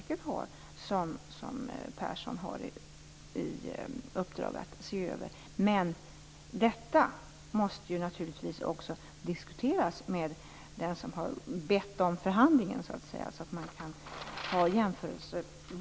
Det är vad Persson har i uppdrag att se över. Men detta måste naturligtvis också diskuteras med den som har bett om förhandlingen, så att man kan ha jämförbara siffror.